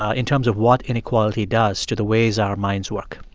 ah in terms of what inequality does to the ways our minds work